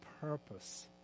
purpose